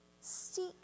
Seek